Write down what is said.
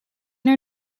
maar